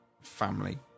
family